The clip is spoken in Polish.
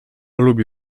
lubi